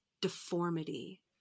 deformity